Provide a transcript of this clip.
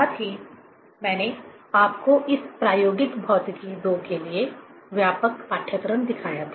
साथ ही मैंने आपको इस प्रायोगिक भौतिकी II के लिए व्यापक पाठ्यक्रम दिखाया था